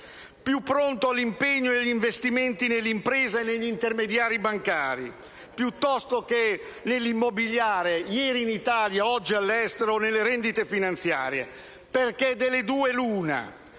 più pronto all'impegno negli investimenti nelle imprese e negli intermediari bancari piuttosto che nell'immobiliare - ieri in Italia, oggi all'estero - o nelle rendite finanziarie. Perché delle due l'una: